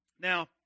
Now